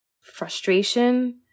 frustration